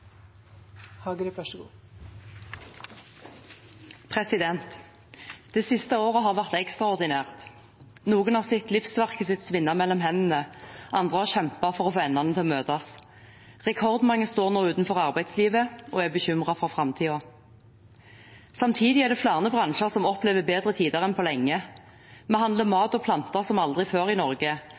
Det siste året har vært ekstraordinært. Noen har sett livsverket sitt svinne mellom hendene. Andre har kjempet for å få endene til å møtes. Rekordmange står nå utenfor arbeidslivet og er bekymret for framtiden. Samtidig er det flere bransjer som opplever bedre tider enn på lenge. Vi handler mat og planter som aldri før i Norge,